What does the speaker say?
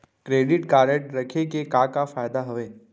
Credit card रखे के का का फायदा हवे?